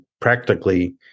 practically